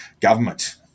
government